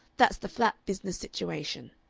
that's the flat business situation.